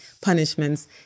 punishments